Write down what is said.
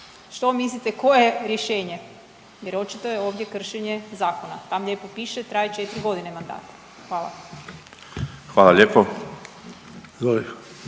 Što mislite koje je rješenje jer očito je ovdje kršenje zakona, tam lijepo piše traje 4 godine mandat. Hvala. **Borić, Josip